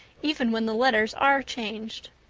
even when the letters are changed.